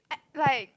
like